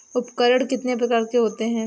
उपकरण कितने प्रकार के होते हैं?